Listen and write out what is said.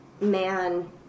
man